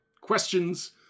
questions